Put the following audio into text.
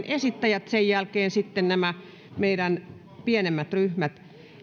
esittäjät sen jälkeen sitten nämä meidän pienemmät ryhmät